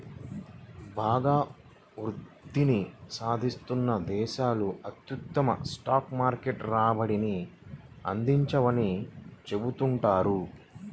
బాగా వృద్ధిని సాధిస్తున్న దేశాలు అత్యుత్తమ స్టాక్ మార్కెట్ రాబడిని అందించవని చెబుతుంటారు